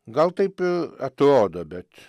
gal taip ir atrodo bet